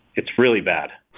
it's really bad